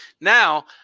Now